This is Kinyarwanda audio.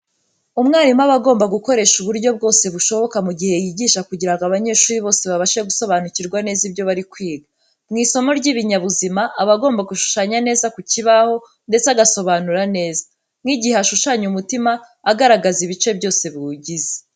Umwarimu aba agomba gukoresha uburyo bwose bushoboka mu gihe yigisha kugira ngo abanyeshuri bose babashe gusobanukirwa neza ibyo bari kwiga. Mu isomo ry'ibinyabuzima aba agomba gushushanya neza ku kibaho, ndetse agasobanura neza. Nk'igihe ashushanya umutima agaragaza ibice byose biwugize.